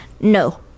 No